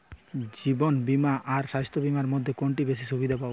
জীবন বীমা আর স্বাস্থ্য বীমার মধ্যে কোনটিতে বেশী সুবিধে পাব?